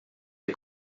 les